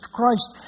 Christ